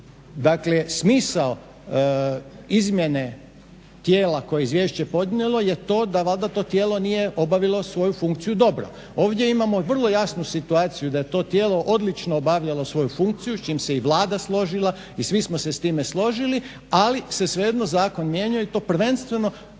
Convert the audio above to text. Dakle, smisao izmjene tijela koje je izvješće podnijelo je to da valjda to tijelo nije obavilo svoju funkciju dobro. Ovdje imamo vrlo jasnu situaciju da je to tijelo odlično obavljalo svoju funkciju s čim se i Vlada složila i svi smo se s time složili, ali se svejedno zakon mijenjao i to prvenstveno